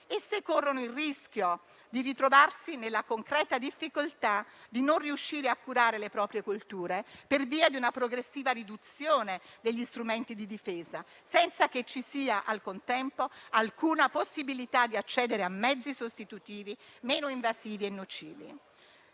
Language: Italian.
Esse corrono il rischio di ritrovarsi nella concreta difficoltà di non riuscire a curare le proprie colture per via di una progressiva riduzione degli strumenti di difesa, senza che ci sia, al contempo, alcuna possibilità di accedere a mezzi sostitutivi meno invasivi e nocivi.